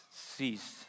Ceased